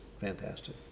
fantastic